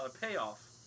payoff